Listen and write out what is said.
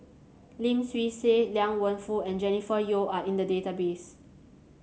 Lim Swee Say Liang Wenfu and Jennifer Yeo are in the database